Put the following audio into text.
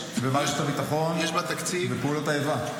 יתומי צה"ל ומערכת הביטחון ופעולות האיבה.